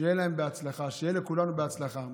שיהיה להם בהצלחה, שיהיה לכולנו בהצלחה.